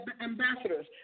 ambassadors